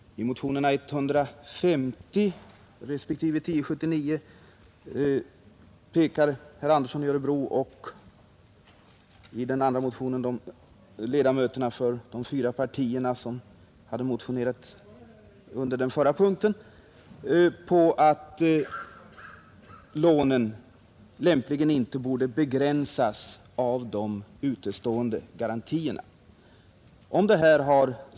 I motionerna 150 respektive 1079 pekar herr Andersson i Örebro och de ledamöter av fyra partier, som motionerat om den förra punkten, på att lånen lämpligen inte borde begränsas av de utestående garantierna.